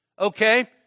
Okay